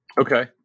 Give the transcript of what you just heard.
Okay